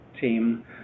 team